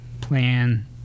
Plan